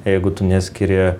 jeigu tu neskiri